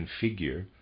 configure